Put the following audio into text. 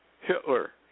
Hitler